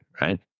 right